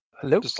Hello